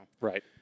Right